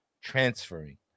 transferring